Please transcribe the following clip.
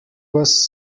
was